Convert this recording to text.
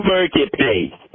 Marketplace